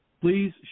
Please